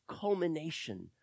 culmination